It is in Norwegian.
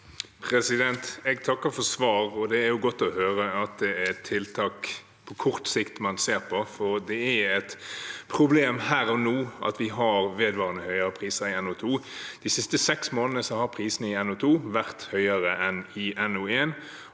Jeg takker for svaret. Det er godt å høre at det er tiltak på kort sikt man ser på, for det er et problem her og nå at vi har vedvarende høyere priser i NO2. De siste seks månedene har prisene i NO2 vært høyere enn i NO1